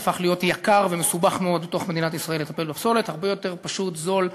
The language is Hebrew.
זה הפך להיות יקר ומסובך מאוד לטפל בפסולת בתוך מדינת ישראל.